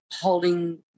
holding